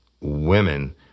Women